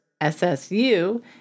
SSU